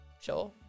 sure